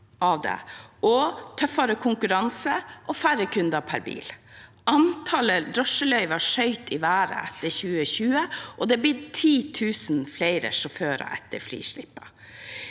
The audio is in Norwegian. med tøffere konkurranse og færre kunder per bil. Antallet drosjeløyver skjøt i været etter 2020. Det har blitt 10 000 flere sjåfører etter frislippet.